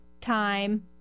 time